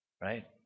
Right